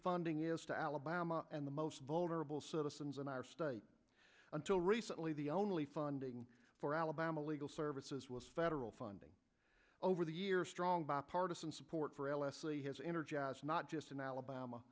funding is to alabama and the most vulnerable citizens in our state until recently the only funding for alabama legal services was federal funding over the years strong bipartisan support for l s e has energized not just in alabama